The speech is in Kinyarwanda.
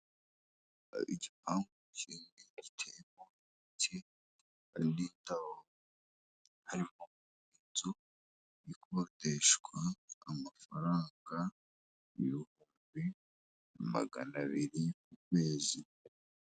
Igipangu kinini giteyemo imicyindo hari n'indabo ariko inzu ikodeshwa amafaranga ibihumbi magana abiri ku kwezi.